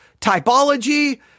typology